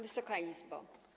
Wysoka Izbo!